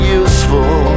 useful